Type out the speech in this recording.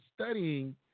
studying